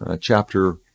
chapter